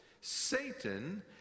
Satan